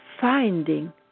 finding